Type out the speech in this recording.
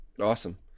Awesome